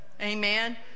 Amen